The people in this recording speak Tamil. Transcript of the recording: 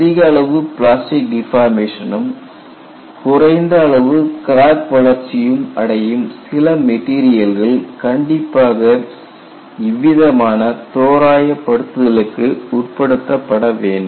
அதிக அளவு பிளாஸ்டிக் டிபார்மேஷனும் குறைந்த அளவு கிராக் வளர்ச்சியும் அடையும் சில மெட்டீரியல்கள் கண்டிப்பாக இவ்விதமான தோராய படுத்துதலுக்கு உட்படுத்தப்பட வேண்டும்